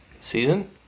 season